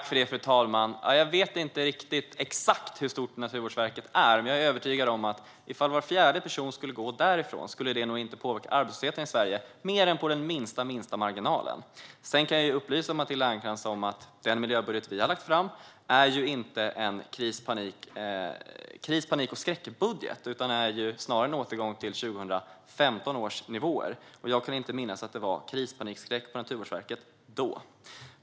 Fru talman! Jag vet inte exakt hur stort Naturvårdsverket är. Men jag är övertygad om att det inte skulle påverka arbetslösheten i Sverige, mer än på allra minsta marginalen, ifall var fjärde person skulle gå därifrån. Jag kan upplysa Matilda Ernkrans om att den miljöbudget som vi har lagt fram inte är en kris, panik och skräckbudget. Det är snarare en återgång till 2015 års nivå. Och jag kan inte minnas att det var kris, panik eller skräck på Naturvårdsverket då.